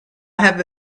have